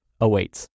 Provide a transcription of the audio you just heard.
awaits